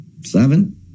seven